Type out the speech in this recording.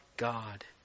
god